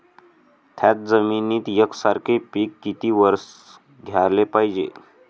थ्याच जमिनीत यकसारखे पिकं किती वरसं घ्याले पायजे?